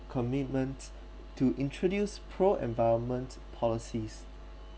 commitments to introduce pro environment policies